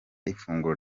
ifunguro